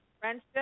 friendship